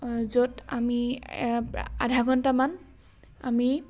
য'ত আমি আধা ঘণ্টামান আমি